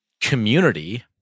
community